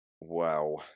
Wow